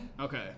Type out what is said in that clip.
Okay